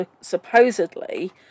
supposedly